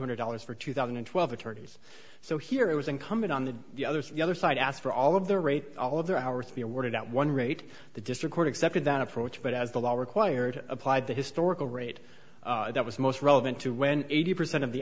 hundred dollars for two thousand and twelve attorneys so here it was incumbent on the the others the other side asked for all of the rate all of their power to be awarded at one rate the district court accepted that approach but as the law required applied the historical rate that was most relevant to when eighty percent of the